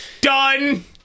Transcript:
Done